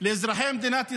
לאזרחי מדינת ישראל,